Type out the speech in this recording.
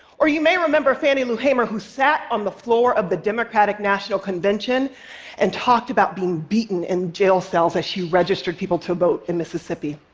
or you may remember fannie lou hamer, who sat on the floor of the democratic national convention and talked about being beaten in jail cells as she registered people to vote in mississippi.